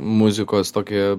muzikos tokį